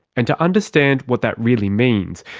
and to understand what that really means,